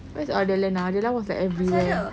where's Odella now Odella was like everywhere